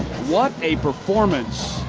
what a performance